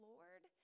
Lord